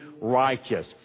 righteous